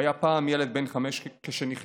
והיה פעם ילד בן חמש כשנכלאת.